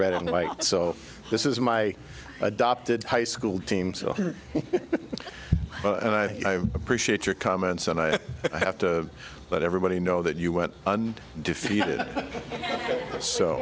red and white so this is my adopted high school team and i appreciate your comments and i have to let everybody know that you went and defeated so